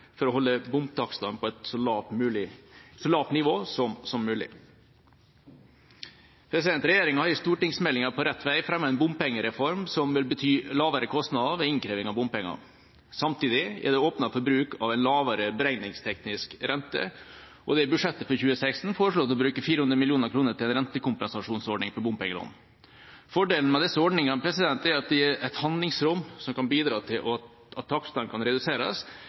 for å holde bompengetakstene på et så lavt nivå som mulig. Regjeringa har i stortingsmeldinga «På rett vei» fremmet en bompengereform som vil bety lavere kostnader ved innkreving av bompenger. Samtidig er det åpnet for bruk av en lavere beregningsteknisk rente, og det er i budsjettet for 2016 foreslått å bruke 400 mill. kr til en rentekompensasjonsordning for bompengelån. Fordelen med disse ordningene er at de gir et handlingsrom som kan bidra til at takstene kan reduseres,